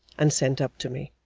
and sent up to me.